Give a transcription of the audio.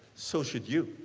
so, should you.